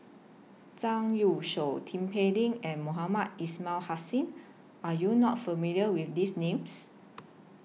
Zhang Youshuo Tin Pei Ling and Mohamed Ismail Hussain Are YOU not familiar with These Names